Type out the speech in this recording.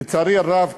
לצערי הרב,